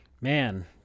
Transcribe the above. man